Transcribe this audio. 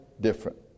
different